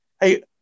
Hey